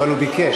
אבל הוא ביקש.